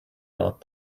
not